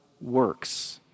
works